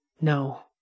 no